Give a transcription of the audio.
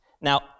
Now